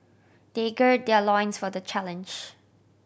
they gird their loins for the challenge